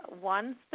one